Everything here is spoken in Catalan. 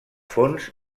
fons